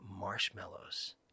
marshmallows